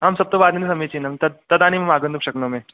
आम् सप्तवादने समीचीनं तदानीं वा आगन्तुं शक्नोमि